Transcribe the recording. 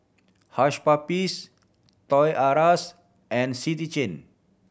Hush Puppies Toys R Us and City Chain